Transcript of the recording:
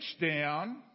down